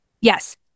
yes